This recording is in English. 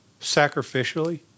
sacrificially